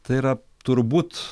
tai yra turbūt